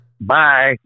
Bye